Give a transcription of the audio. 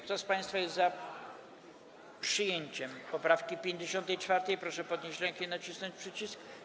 Kto z państwa jest za przyjęciem poprawki 54., proszę podnieść rękę i nacisnąć przycisk.